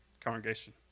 congregation